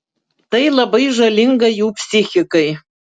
tai labai žalinga jų psichikai